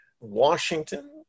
Washington